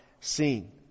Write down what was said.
seen